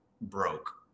broke